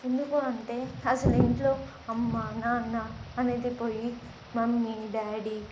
ఎందుకు అంటే అసలు ఇంట్లో అమ్మ నాన్న అనేది పోయి మమ్మీ డాడీ